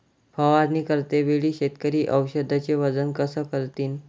फवारणी करते वेळी शेतकरी औषधचे वजन कस करीन?